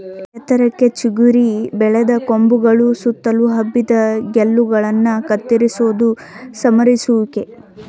ಎತ್ತರಕ್ಕೆ ಚಿಗುರಿ ಬೆಳೆದ ಕೊಂಬೆಗಳು ಸುತ್ತಲು ಹಬ್ಬಿದ ಗೆಲ್ಲುಗಳನ್ನ ಕತ್ತರಿಸೋದೆ ಸಮರುವಿಕೆ